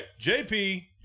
JP